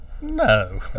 No